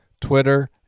Twitter